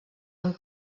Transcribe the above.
amb